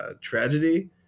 tragedy